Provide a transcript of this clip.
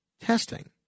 testing